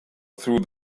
through